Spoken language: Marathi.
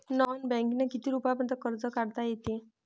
नॉन बँकिंगनं किती रुपयापर्यंत कर्ज काढता येते?